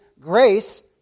grace